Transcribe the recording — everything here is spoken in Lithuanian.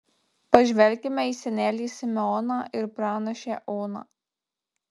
pažvelkime į senelį simeoną ir pranašę oną